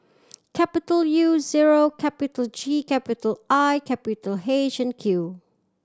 capital U zero capital G capital I capital H and Q